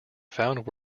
found